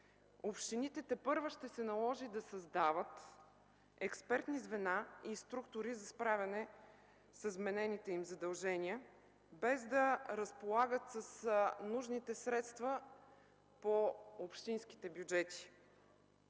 Общините тепърва ще се наложи да създават експертни звена и структури за справяне с вменените им задължения, без да разполагат с нужните средства по общинските бюджети,